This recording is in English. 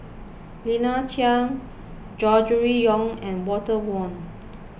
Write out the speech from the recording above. Lina Chiam Gregory Yong and Walter Woon